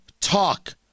talk